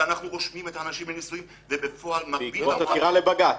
ואנחנו רושמים את האנשים לנישואין ובפועל -- בעקבות עתירה לבג"ץ.